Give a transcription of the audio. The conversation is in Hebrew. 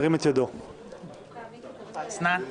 הצבעה בעד, 10 נגד, 2 נמנעים, 1 הבקשה אושרה.